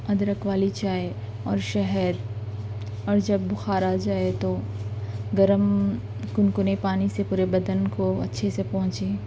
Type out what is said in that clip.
ادرک والی چائے اور شہد اور جب بخار آ جائے تو گرم کنکنے پانی سے پورے بدن کو اچھے سے پونچھیں